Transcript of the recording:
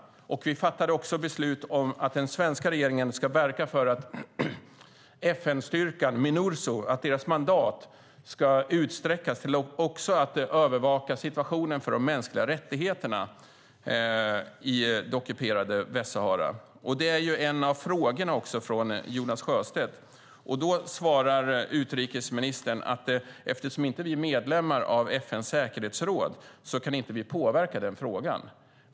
Vi fattade också beslut om att den svenska regeringen ska verka för att FN-styrkan Minursos mandat ska utsträckas till att även gälla övervakning av situationen för de mänskliga rättigheterna i det ockuperade Västsahara. Det är också en av frågorna från Jonas Sjöstedt. Då svarar utrikesministern att vi eftersom vi inte är medlemmar av FN:s säkerhetsråd inte kan påverka frågan.